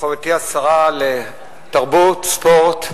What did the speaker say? מכובדתי השרה לתרבות וספורט,